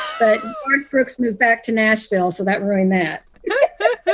but brooks moved back to nashville. so that room that i